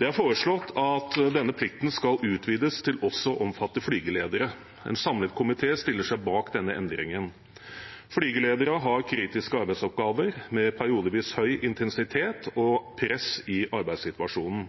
Det er foreslått at denne plikten skal utvides til også å omfatte flygeledere. En samlet komité stiller seg bak denne endringen. Flygeledere har kritiske arbeidsoppgaver med periodevis høy intensitet og press i arbeidssituasjonen.